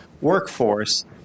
workforce